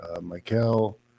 Michael